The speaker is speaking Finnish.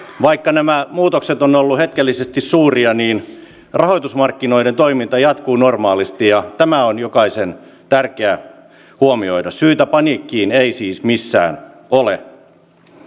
vaikka nämä muutokset ovat olleet hetkellisesti suuria niin rahoitusmarkkinoiden toiminta jatkuu normaalisti ja tämä on jokaisen tärkeä huomioida syytä paniikkiin ei siis missään ole